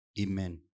Amen